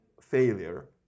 failure